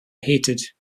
hated